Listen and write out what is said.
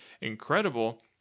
incredible